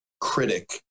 critic